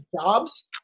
Jobs